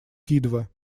кидва